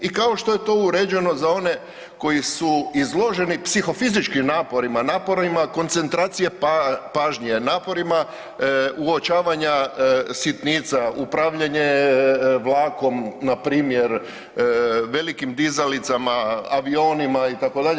I kao što je to uređeno za one koji su izloženi psihofizičkim naporima, naporima koncentracije pažnje, naporima uočavanja sitnica, upravljanje vlakom na primjer velikim dizalicama, avionima itd.